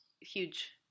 huge